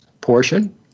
portion